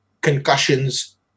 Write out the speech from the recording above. concussions